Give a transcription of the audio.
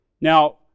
Now